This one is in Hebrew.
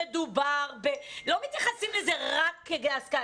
הם לא מתייחסים לזה רק כהשכלה,